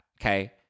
okay